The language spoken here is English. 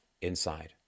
inside